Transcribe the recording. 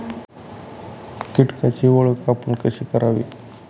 कीटकांची ओळख आपण कशी करावी?